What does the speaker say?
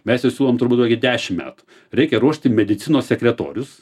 mes jau siūlom turbūt kokį dešim metų reikia ruošti medicinos sekretorius